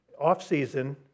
off-season